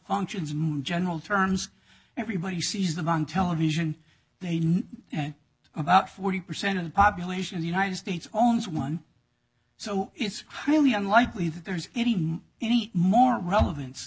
functions more general terms everybody sees them on television they know about forty percent of the population in the united states owns one so it's highly unlikely that there's any more any more relevance